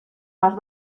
las